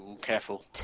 Careful